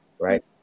right